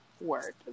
work